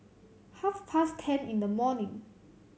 half past ten in the morning